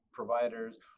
providers